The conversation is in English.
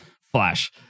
Flash